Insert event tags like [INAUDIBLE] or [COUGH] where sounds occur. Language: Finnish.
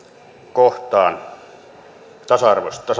kohtaan tasa arvoista [UNINTELLIGIBLE]